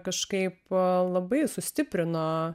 kažkaip labai sustiprino